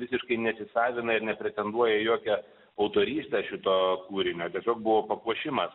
visiškai nesisavina ir nepretenduoja į jokią autorystę šito kūrinio tiesiog buvo papuošimas